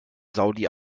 saudi